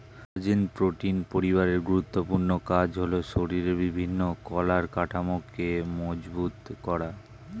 collagen protein পরিবারের গুরুত্বপূর্ণ কাজ হলো শরীরের বিভিন্ন কলার কাঠামোকে মজবুত করা